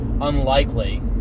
Unlikely